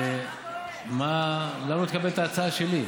אבל למה שלא תקבל את ההצעה שלי?